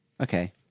Okay